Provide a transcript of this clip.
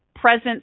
presence